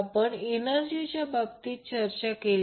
आपण एनर्जीच्या बाबतीत चर्चा केली